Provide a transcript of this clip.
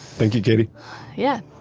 thank you, katie yeah